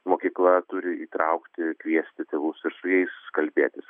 mokykla turi įtraukti kviesti tėvus ir su jais kalbėtis